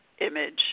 image